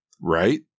Right